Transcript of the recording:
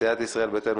סיעת ישראל ביתנו,